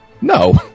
No